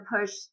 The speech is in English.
push